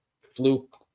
fluke